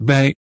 Bij